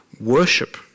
worship